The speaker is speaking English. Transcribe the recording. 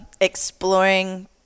exploring